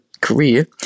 career